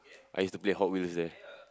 I used to play Hot-Wheels there